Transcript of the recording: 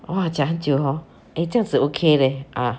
!wah! 讲很久 hor eh 这样子 okay leh ah